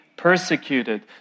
persecuted